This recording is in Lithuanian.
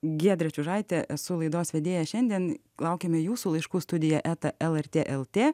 giedrė čiužaitė esu laidos vedėja šiandien laukiame jūsų laiškų studija eta lrt lt